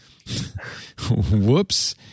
Whoops